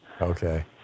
Okay